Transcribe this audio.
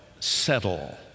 settle